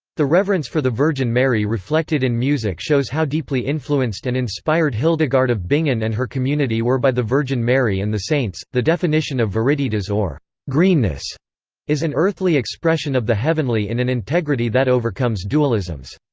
the reverence for the virgin mary reflected in music shows how deeply influenced and inspired hildegard of bingen and her community were by the virgin mary and the saints the definition of viriditas or greenness is an earthly expression of the heavenly in an integrity that overcomes dualisms.